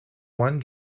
one